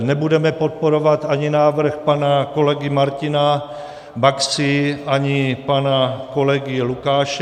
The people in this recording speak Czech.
Nebudeme podporovat ani návrh pana kolegy Martina Baxy, ani pana kolegy Lukáše...